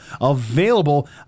available